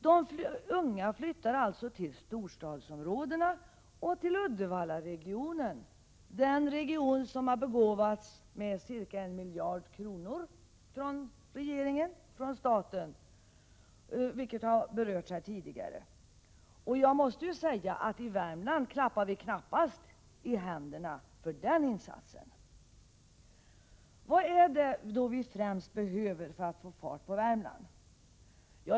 De unga flyttar alltså till storstadsområdena och till Uddevallaregionen — den region som har begåvats med ca 1 miljard kronor från staten, vilket tidigare har berörts här. Jag måste säga att vi i Värmland knappast klappar händerna för den insatsen. Vad är det då som vi främst behöver för att få fart på Värmland?